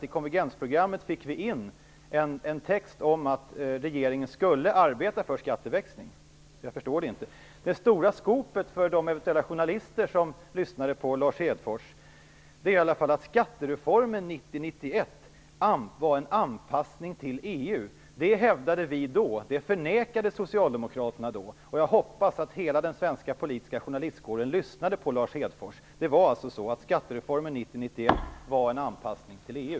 I konvergensprogrammet fick vi in en text om att regeringen skulle arbeta för skatteväxling. Det stora scoopet för de journalister som eventuellt lyssnade på Lars Hedfors är att skattereformen 1990 91 var alltså en anpassning till EU.